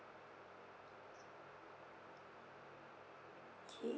okay